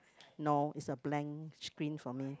no it's a blank screen for me